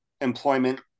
employment